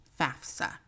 FAFSA